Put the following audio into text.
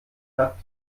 hat